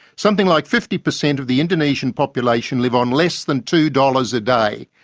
something like fifty percent of the indonesian population live on less than two dollars a day,